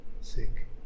sick